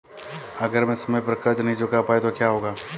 अगर मैं समय पर कर्ज़ नहीं चुका पाया तो क्या होगा?